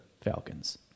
Falcons